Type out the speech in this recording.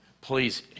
please